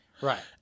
Right